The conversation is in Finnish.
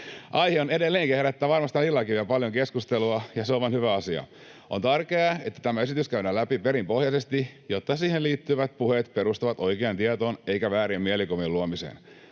Aihe edelleenkin herättää varmasti tässä vielä illallakin paljon keskustelua, ja se on vain hyvä asia. On tärkeää, että tämä esitys käydään läpi perinpohjaisesti, jotta siihen liittyvät puheet perustuvat oikeaan tietoon eivätkä väärien mielikuvien luomiseen.